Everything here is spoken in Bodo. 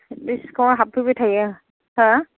बे सिखावा हाबफैबाय थायो हा